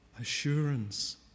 assurance